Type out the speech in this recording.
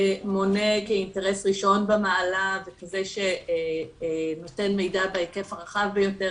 מונה כאינטרס ראשון במעלה וכזה שנותן מידע בהיקף הרחב ביותר